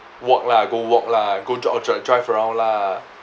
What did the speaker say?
walk lah go walk lah go jog dr~ drive around lah